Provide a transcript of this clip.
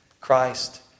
Christ